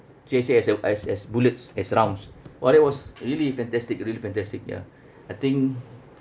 treat it as a as as bullets as rounds !wah! that was really fantastic really fantastic ya I think